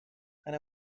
and